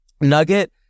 nugget